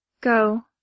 Go